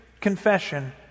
confession